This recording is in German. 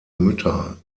mütter